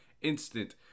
instant